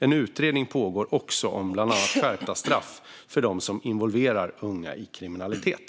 En utredning pågår också om bland annat skärpta straff för dem som involverar unga i kriminalitet.